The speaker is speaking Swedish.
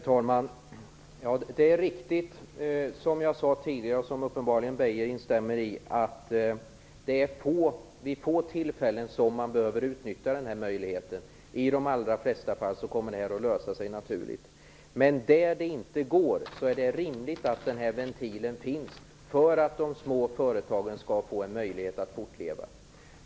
Herr talman! Det är riktigt - vilket jag sade tidigare, och som Lennart Beijer uppenbarligen instämmer i - att det är vid få tillfällen som man behöver utnyttja denna möjlighet. I de allra flesta fall kommer det att lösa sig naturligt. Men där det inte går är det rimligt att den här ventilen finns för att de små företagen skall få en möjlighet att fortleva.